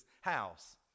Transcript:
house